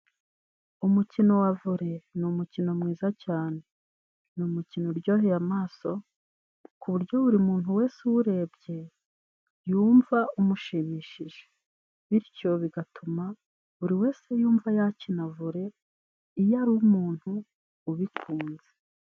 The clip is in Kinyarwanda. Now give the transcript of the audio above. Umukino wa vore ni umukino mwiza cyane ni umukino uryoheye amaso ku buryo buri muntu wese uwurebye yumva umushimishije bityo bigatuma buri wese yumva yakina vore iyo ari umuntu ubikunze.